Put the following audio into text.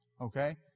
okay